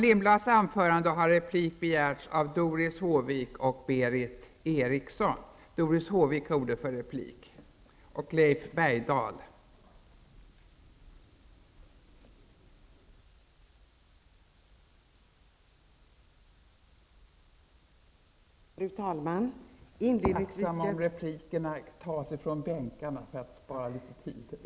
Jag är tacksam om replikerna kan tas från bänkarna för att spara tid. Varsågod!